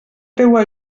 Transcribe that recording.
teua